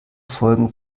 folgen